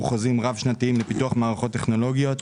חוזים רב שנתיים לפיתוח מערכות טכנולוגיות.